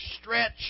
stretch